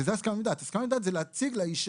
וזה הסכמה מדעת הסכמה מדעת זה להציג לאישה